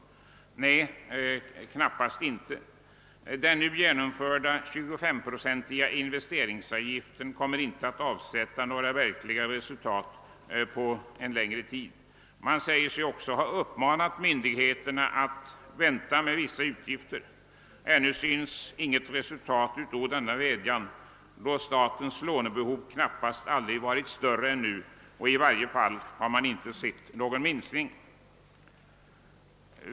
Nej, knappast. Den nu genomförda 25-procentiga investeringsavgiften kommer inte att avsätta några verkliga resultat på lång tid. Man säger sig också ha uppmanat myndigheterna att vänta med vissa utgifter, men ännu syns inte något resultat av denna vädjan. Statens lånebehov har knappast någonsin varit större än nu. I varje fall har vi inte sett någon minskning därvidlag.